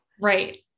Right